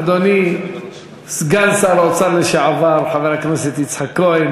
אדוני, סגן שר האוצר לשעבר, חבר הכנסת יצחק כהן,